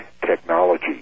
technology